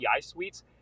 suites